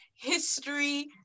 history